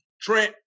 Trent